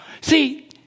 See